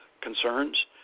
concerns